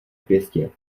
pěstě